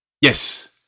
Yes